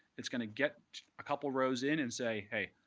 it's going to get a couple rows in and say, hey,